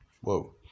Whoa